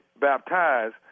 baptized